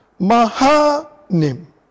Mahanim